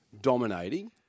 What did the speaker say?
dominating